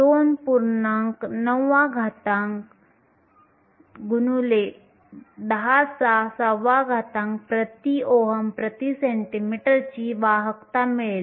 9 x 10 6 Ω 1 cm 1 ची वाहकता मिळेल